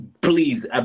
please